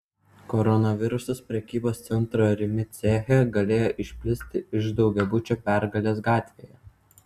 koronavirusas prekybos centro rimi ceche galėjo išplisti iš daugiabučio pergalės gatvėje